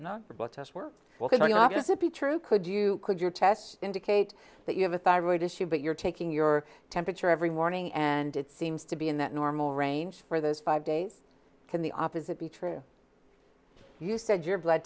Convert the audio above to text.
the blood test works well enough to be true could you could your tests indicate that you have a thyroid issue but you're taking your temperature every morning and it seems to be in that normal range for those five days can the opposite be true you said your blood